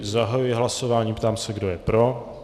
Zahajuji hlasování a ptám se, kdo je pro.